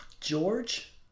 george